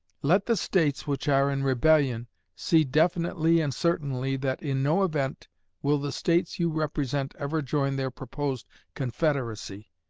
let the states which are in rebellion see definitely and certainly that in no event will the states you represent ever join their proposed confederacy,